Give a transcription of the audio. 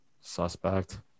suspect